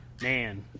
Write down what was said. Man